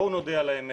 בואו נודה על האמת,